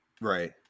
Right